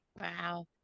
Wow